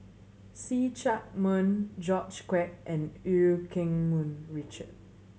See Chak Mun George Quek and Eu Keng Mun Richard